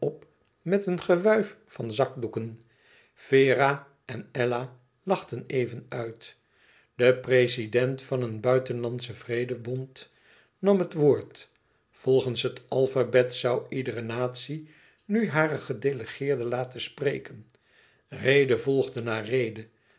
met een gewuif van zakdoeken vera en ella lachten even uit de prezident van een buitenlandschen vrede bond nam het woord volgens het alfabet zoû iedere natie nu hare gedelegeerden laten spreken rede volgde na rede